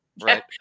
right